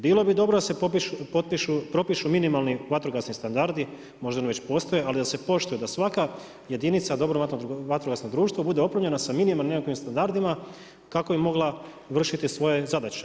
Bilo bi dobro da se propišu minimalni vatrogasni standardi, možda oni već postoje, ali da se poštuje da svaka jedinica dobrovoljno vatrogasnog društva bude opremljena sa minimalnim nekakvim standardima kako bi mogla vršiti svoje zadaće.